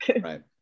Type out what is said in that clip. right